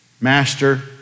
master